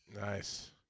nice